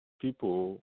people